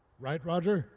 right, roger